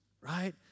right